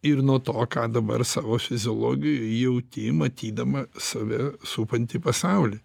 ir nuo to ką dabar savo fiziologijoj jauti matydama save supantį pasaulį